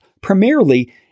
primarily